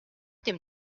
dem